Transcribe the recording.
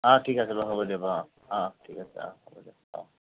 অ ঠিক আছে বাৰু হ'ব দিয়ক অ অ ঠিক আছে অ হ'ব দিয়ক অ